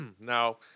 Now